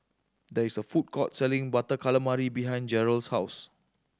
there is a food court selling Butter Calamari behind Jerold's house